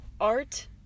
art